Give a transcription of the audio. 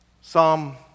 Psalm